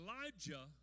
Elijah